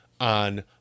on